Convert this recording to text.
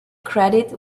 credit